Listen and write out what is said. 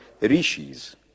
Rishis